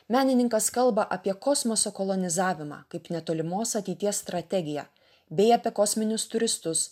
menininkas kalba apie kosmoso kolonizavimą kaip netolimos ateities strategiją bei apie kosminius turistus